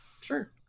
Sure